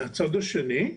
מהצד השני,